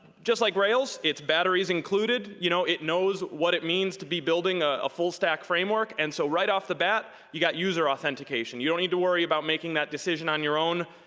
just like rails, it's battery is included. you know it knows what it means to be building a full stack framework and so right off the bat, you've got user authentication. you don't need to worry about making that decision on your own.